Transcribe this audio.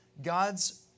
God's